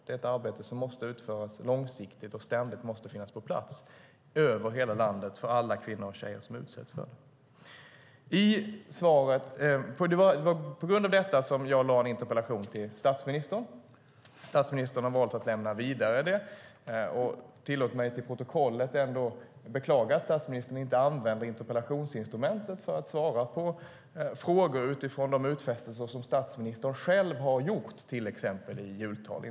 Det är ett arbete som måste utföras långsiktigt och ständigt finnas på plats över hela landet för alla kvinnor och tjejer som utsätts för det. Det var på grund av detta som jag ställde en interpellation till statsministern. Statsministern har valt att lämna den vidare. Tillåt mig föra till protokollet att jag beklagar att statsministern inte använder interpellationsinstrumentet för att svara på frågor utifrån de utfästelser som statsministern själv har gjort, till exempel i ett jultal.